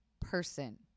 person